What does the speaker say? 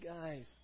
guys